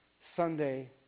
Sunday